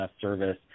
service